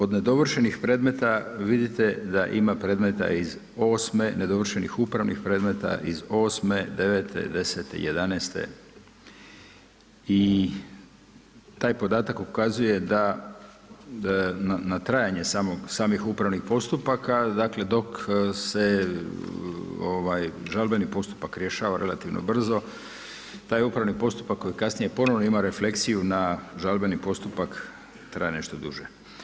Od nedovršenih predmeta, vidite, da ima predmeta iz 8 nedovršenih upravnih premeta iz '8., '9., '10., i '11. i taj podatak ukazuje da na trajanje samih upravnih postupka, dakle, dok se žalbeni postupak rješava relativno brzo, taj upravni postupak koji kasnije ponovno ima refleksiju, na žalbeni postupak traje nešto duže.